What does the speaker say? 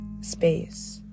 space